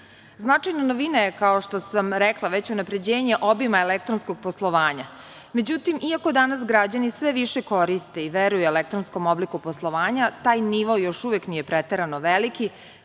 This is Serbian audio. roka. Značajna novina je, kao što sam rekla već, unapređenje obima elektronskog poslovanja. Međutim, iako danas građani sve više koriste i veruju elektronskom obliku poslovanja, taj nivo još uvek nije preterano veliki,